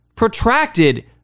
protracted